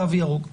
תו ירוק.